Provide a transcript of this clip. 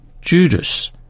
Judas